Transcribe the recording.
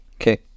Okay